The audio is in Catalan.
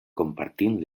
compartint